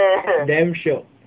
damn shiok